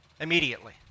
immediately